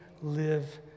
live